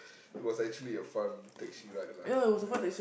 it was actually a fun taxi ride lah ya